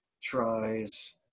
tries